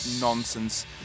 nonsense